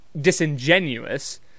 disingenuous